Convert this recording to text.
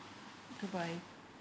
good bye